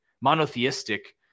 monotheistic